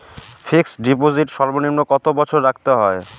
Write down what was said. Fixed deposit সর্বনিম্ন কত বছর রাখতে হয়?